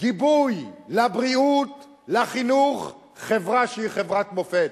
גיבוי לבריאות, לחינוך, חברה שהיא חברת מופת.